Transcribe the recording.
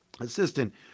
assistant